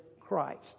Christ